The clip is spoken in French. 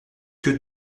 que